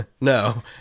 No